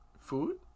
food